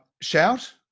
Shout